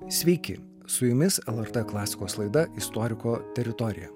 sveiki su jumis lrt klasikos laida istoriko teritorija